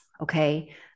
Okay